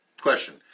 question